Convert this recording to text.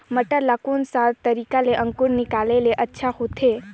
मटर ला कोन सा तरीका ले अंकुर निकाले ले अच्छा होथे?